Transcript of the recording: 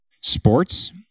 sports